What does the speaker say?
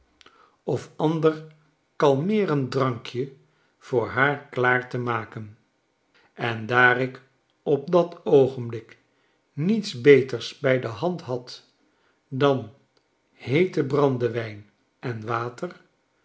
of anderkalmeerend drankje voor haar klaar te maken en daar ik op dat oogenblik niets beters bij de hand had dan heeten brandewyn en water